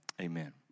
amen